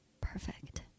Perfect